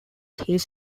his